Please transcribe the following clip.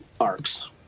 arcs